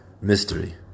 Mystery